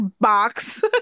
box